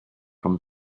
from